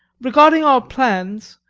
regarding our plans,